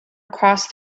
across